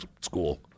school